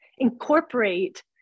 incorporate